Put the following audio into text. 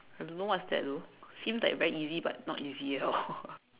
I don't know what's that though seems like very easy but not easy at all